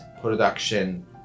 production